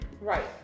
Right